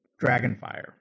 Dragonfire